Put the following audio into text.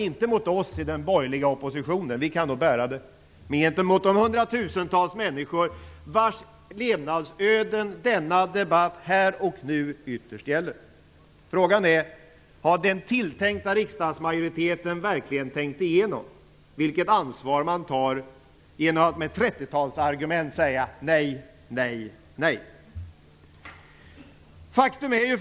Inte gentemot oss i den borgerliga oppositionen - vi kan nog bära det - men gentemot de hundratusentals människor vars levnadsöden denna debatt här och nu ytterst gäller. Frågan är om den tilltänkta riksdagsmajoriteten verkligen har tänkt igenom vilket ansvar man tar genom att med 30 talsargument säga nej, nej, nej. Fru talman!